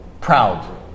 Proud